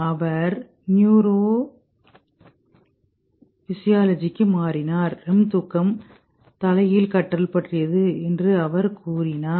அவர் நியூரோபிசியாலஜிக்கு மாறினார் REM தூக்கம் தலைகீழ் கற்றல் பற்றியது என்று அவர் கூறுகிறார்